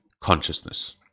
consciousness